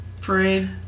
parade